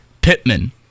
Pittman